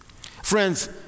Friends